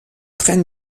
train